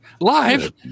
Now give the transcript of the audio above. Live